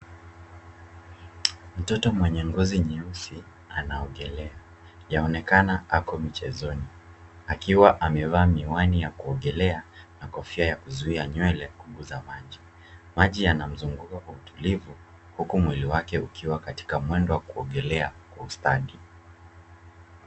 Mtoto mwenye ngozi nyeusi anaogelea, yaonekana ako michezoni akiwa amevaa miwani ya kuogelea na kofi aya kuzuzia nywele kuguza maji. Maji yanamzunguka kwa utulivu huku mwili wake ukiwa katika mwendo wa kuogelea kwa ustadi.